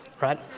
right